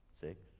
six